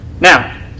Now